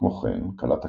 כמו כן, קלט הקיבוץ,